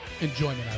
enjoyment